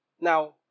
Now